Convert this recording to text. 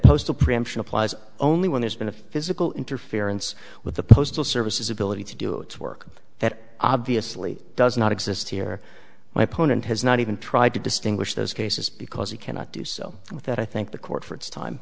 a preemption applies only when there's been a physical interference with the postal service is ability to do its work that obviously does not exist here my opponent has not even tried to distinguish those cases because he cannot do so with that i think the court for it's time